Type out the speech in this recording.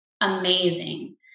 amazing